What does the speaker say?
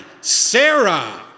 Sarah